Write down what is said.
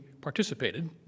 participated